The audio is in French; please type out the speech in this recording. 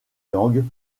langues